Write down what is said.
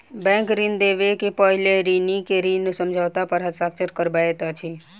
bank ऋण देबअ के पहिने ऋणी के ऋण समझौता पर हस्ताक्षर करबैत अछि